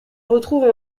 retrouve